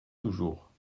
toujours